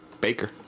Baker